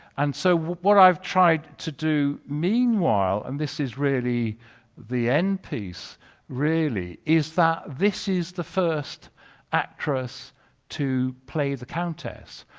and so what i've tried to do meanwhile and this is really the end piece really is that this is the first actress to play the countess.